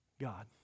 God